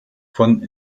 von